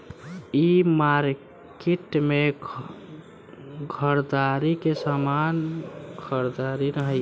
इ मार्किट में घरदारी के सामान से लेके कपड़ा लत्ता तक मिलत हवे